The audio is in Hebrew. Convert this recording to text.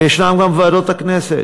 וישנן גם ועדות הכנסת,